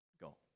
go